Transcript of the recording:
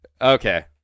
Okay